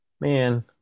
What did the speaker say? man